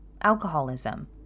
alcoholism